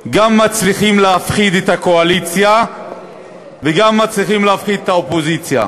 גם מצליחים להפחיד את הקואליציה וגם מצליחים להפחיד את האופוזיציה.